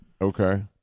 Okay